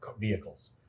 vehicles